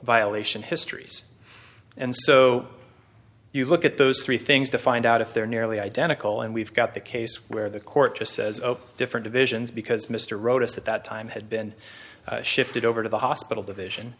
violation histories and so you look at those three things to find out if they're nearly identical and we've got the case where the court just says different divisions because mr wrote us at that time had been shifted over to the hospital division